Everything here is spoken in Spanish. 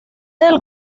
del